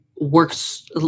works